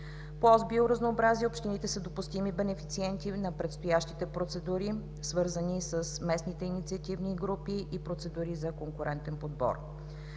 По ос „Биоразнообразие“ общините са допустими бенефициенти и на предстоящите процедури свързани с местните инициативни групи и процедури за конкурентен подбор.